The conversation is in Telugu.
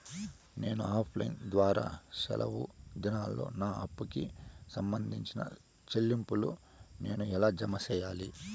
నేను ఆఫ్ లైను ద్వారా సెలవు దినాల్లో నా అప్పుకి సంబంధించిన చెల్లింపులు నేను ఎలా జామ సెయ్యాలి?